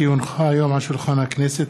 כי הונחה היום על שולחן הכנסת,